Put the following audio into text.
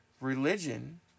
Religion